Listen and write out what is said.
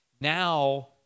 Now